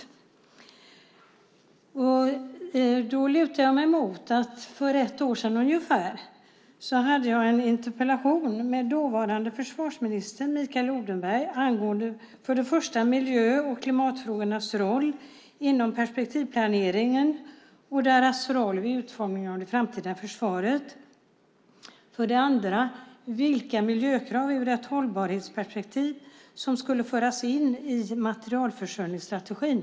Jag lutar mig mot att jag för ungefär ett år sedan hade en interpellationsdebatt med dåvarande försvarsministern Mikael Odenberg. Det gällde för det första miljö och klimatfrågornas roll inom perspektivplaneringen och deras roll vid planeringen av det framtida försvaret. Det gällde för det andra miljökrav i ett hållbarhetsperspektiv som skulle föras in i materialförsörjningsstrategin.